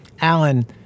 Alan